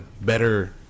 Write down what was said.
better